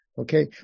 Okay